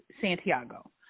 Santiago